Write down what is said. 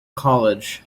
college